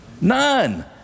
None